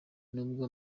n’ubwo